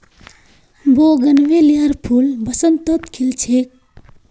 बोगनवेलियार फूल बसंतत खिल छेक